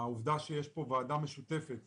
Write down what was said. העובדה שיש ועדה משותפת